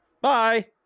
Bye